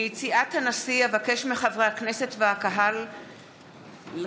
ליציאת הנשיא, אבקש מחברי הכנסת והקהל לקום.